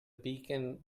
beacon